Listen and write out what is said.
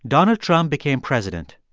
donald trump became president.